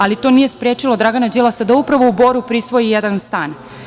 Ali to nije sprečilo Dragana Đilasa da upravo u Boru prisvoji jedan stan.